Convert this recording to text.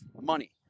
money